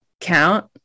Count